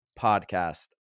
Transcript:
podcast